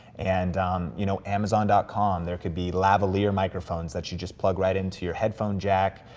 and you know, amazon com, there could be lavalier microphones that you just plug right into your headphone jack,